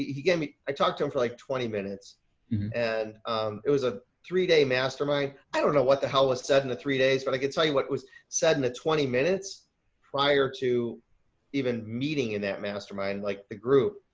he gave me, i talked to him for like twenty minutes and it was a three day mastermind. i don't know what the hell was said in the three days, but i could tell you what was said in the twenty minutes prior to even meeting in that mastermind, like the group.